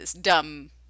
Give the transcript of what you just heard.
dumb